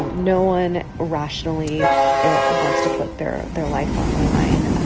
um no one rationally wants to put their their life on the line.